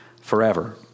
forever